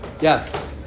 yes